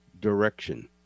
direction